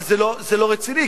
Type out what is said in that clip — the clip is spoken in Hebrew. אבל זה לא רציני,